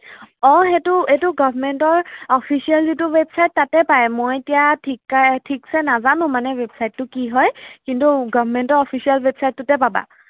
অঁ সেইটো এইটো গভৰ্ণমেণ্টৰ অফিচিয়েল যিটো ৱেবচাইট তাতে পায় মই এতিয়া থিককা থিকছে নাজানো মানে ৱেবচাইটটো কি হয় কিন্তু গভৰ্ণমেণ্টৰ অফিচিয়েল ৱেবচাইটটোতে পাবা